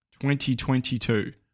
2022